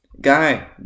guy